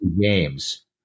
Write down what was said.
games